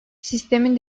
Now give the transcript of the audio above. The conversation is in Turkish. sistemin